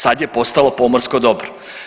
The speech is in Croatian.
Sad je postalo pomorsko dobro.